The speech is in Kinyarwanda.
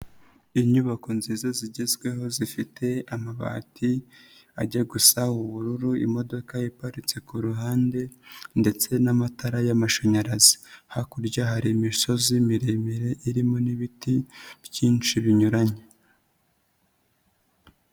Inyubako nziza zigezweho zifite amabati ajya gusa ubururu, imodoka iparitse ku ruhande ndetse n'amatara y'amashanyarazi. Hakurya hari imisozi miremire irimo n'ibiti byinshi binyuranye.